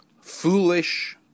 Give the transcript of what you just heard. foolish